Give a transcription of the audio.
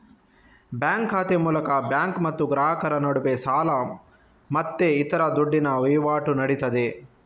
bank ಖಾತೆ ಮೂಲಕ bank ಮತ್ತು ಗ್ರಾಹಕರ ನಡುವೆ ಸಾಲ ಮತ್ತೆ ಇತರ ದುಡ್ಡಿನ ವೈವಾಟು ನಡೀತದೆ